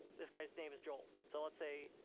this guy's name is joel. so let's say,